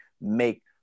make